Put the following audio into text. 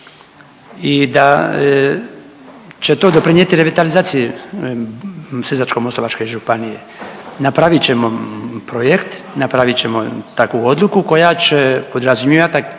I da će to doprinijeti revitalizaciji Sisačko-moslavačke županije. Napravit ćemo projekt, napravit ćemo takvu odluku koja će podrazumijevati kako